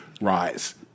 rise